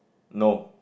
no